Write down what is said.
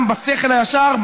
גם בשכל הישר,